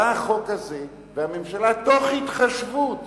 בא החוק הזה, והממשלה, מתוך התחשבות